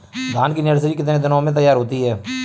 धान की नर्सरी कितने दिनों में तैयार होती है?